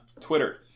Twitter